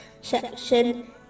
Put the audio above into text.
section